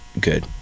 good